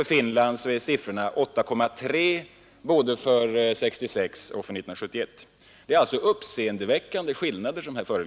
I Finland är siffrorna 8,3 både för 1966 och för 1971. Det är uppseendeväckande skillnader.